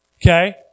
Okay